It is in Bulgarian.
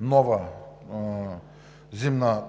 нова зимна